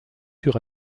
sur